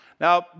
Now